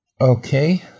Okay